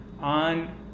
on